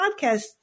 podcast